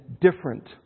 different